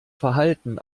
verhalten